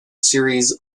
series